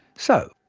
so,